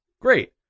Great